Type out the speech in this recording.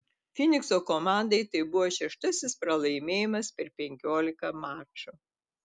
fynikso komandai tai buvo šeštasis pralaimėjimas per penkiolika mačų